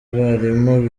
abarimu